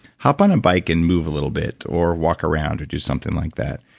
hop on a bike and move a little bit or walk around or do something like that.